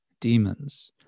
Demons